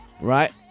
Right